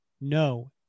no